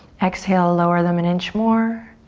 exhale, lower them an inch more.